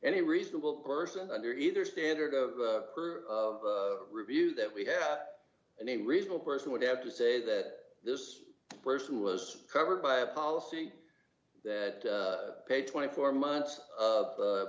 any reasonable person under either standard of review that we have any reasonable person would have to say that this person was covered by a policy that paid twenty four months of